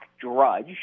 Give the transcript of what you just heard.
drudge